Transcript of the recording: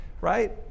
right